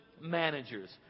managers